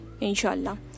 inshallah